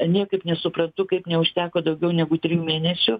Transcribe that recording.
niekaip nesuprantu kaip neužteko daugiau negu trijų mėnesių